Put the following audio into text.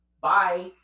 bye